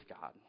God